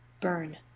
burn